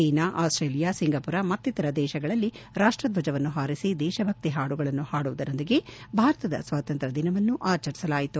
China Australia Singapore ಮತ್ತಿತರ ದೇಶಗಳಲ್ಲಿ ರಾಷ್ಟ ದ್ವಜವನ್ನು ಹಾರಿಸಿ ದೇಶ ಭಕ್ತಿ ಹಾಡುಗಳನ್ನು ಹಾಡುವುದರೊಂದಿಗೆ ಭಾರತದ ಸ್ವಾತಂತ್ರ್ಯ ದಿನವನ್ನು ಆಚರಿಸಲಾಯಿತು